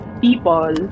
people